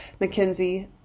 McKinsey